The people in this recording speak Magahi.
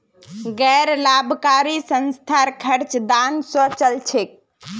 गैर लाभकारी संस्थार खर्च दान स चल छेक